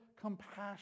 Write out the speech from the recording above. compassion